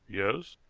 yes.